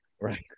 Right